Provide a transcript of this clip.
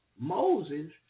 Moses